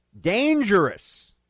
dangerous